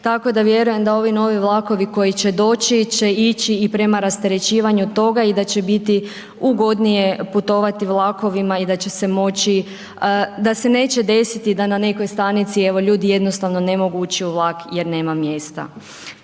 Tako da vjerujem da ovi novi vlakovi koji će doći, će ići i prema rasterećivanju toga i da će biti ugodnije putovati vlakovima i da će se moći, da se neće desiti da na nekoj stanici evo ljudi jednostavno ne mogu ući u vlak jer nema mjesta.